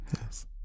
Yes